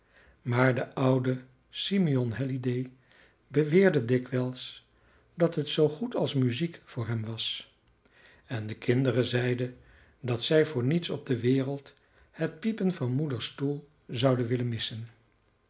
maar de oude simeon halliday beweerde dikwijls dat het zoo goed als muziek voor hem was en de kinderen zeiden dat zij voor niets op de wereld het piepen van moeders stoel zouden willen missen